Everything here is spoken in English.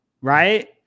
right